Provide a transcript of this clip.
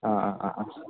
ആ ആ ആ ആ